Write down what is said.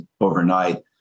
overnight